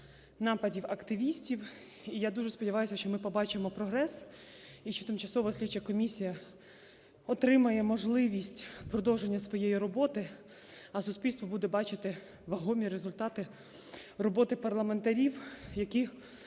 нападів на активістів. І я дуже сподіваюся, що ми побачимо прогрес і що тимчасова слідча комісія отримає можливість продовження своєї роботи, а суспільство буде бачити вагомі результати роботи парламентарів, які